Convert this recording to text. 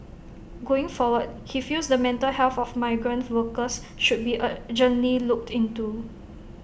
going forward he feels the mental health of migrant workers should be urgently looked into